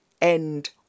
end